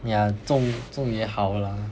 yeah 中中也好 lah